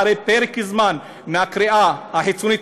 אחרי פרק זמן מהקריאה החיצונית,